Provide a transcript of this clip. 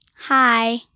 Hi